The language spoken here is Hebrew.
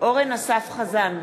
אורן אסף חזן,